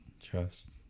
trust